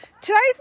today's